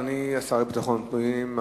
אדוני השר לביטחון פנים,